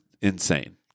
insane